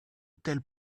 tels